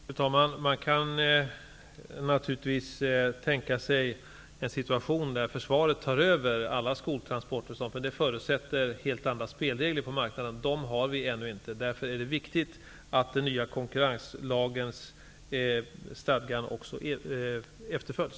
Fru talman! Man kan naturligtvis tänka sig en situation där försvaret tar över alla skoltransporter osv. Men det förutsätter helt andra spelregler på marknaden. De har vi ännu inte. Därför är det viktigt att den nya konkurrenslagens stadgar också efterföljs.